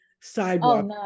sidewalk